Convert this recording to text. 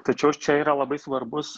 tačiau čia yra labai svarbus